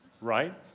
right